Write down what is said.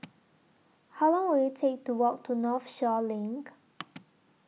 How Long Will IT Take to Walk to Northshore LINK